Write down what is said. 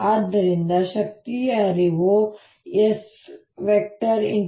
ಆದ್ದರಿಂದ ಶಕ್ತಿಯ ಹರಿವು S